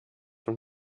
von